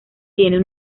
tienen